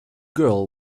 girl